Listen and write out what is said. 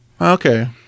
Okay